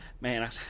Man